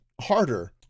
harder